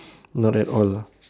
not at all ah